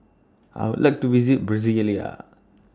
I Would like to visit Brasilia